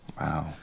Wow